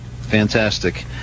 Fantastic